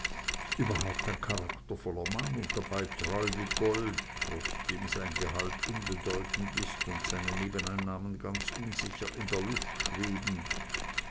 überhaupt ein charaktervoller mann und dabei treu wie gold trotzdem sein gehalt unbedeutend ist und seine nebeneinnahmen ganz unsicher in der luft schweben